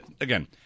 again